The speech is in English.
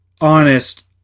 honest